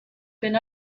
been